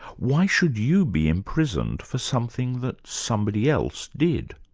why should you be imprisoned for something that somebody else did?